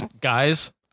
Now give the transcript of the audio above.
Guys